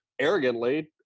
arrogantly